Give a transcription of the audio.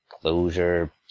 closure